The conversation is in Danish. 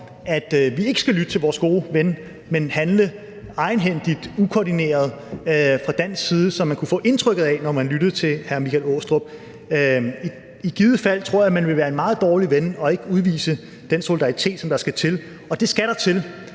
at vi ikke skal lytte til vores gode ven, men handle egenhændigt og ukoordineret fra dansk side, som man kunne få indtrykket af, når man lyttede til hr. Michael Aastrup Jensen. I givet fald tror jeg, at man ville være en meget dårlig ven og ikke udvise den solidaritet, som der skal til, og det skal der til.